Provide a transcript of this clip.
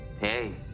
Hey